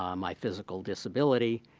um my physical disability,